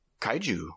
kaiju